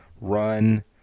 run